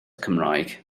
cymraeg